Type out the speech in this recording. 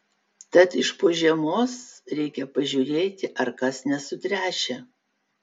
tad iš po žiemos reikia pažiūrėti ar kas nesutręšę